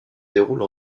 déroule